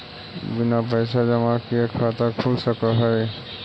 बिना पैसा जमा किए खाता खुल सक है?